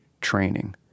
training